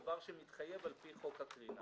דבר שמתחייב על לפי חוק הקרינה.